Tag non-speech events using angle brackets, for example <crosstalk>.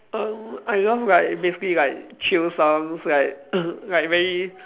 um I love like basically like chill sounds like <coughs> like very